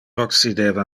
occideva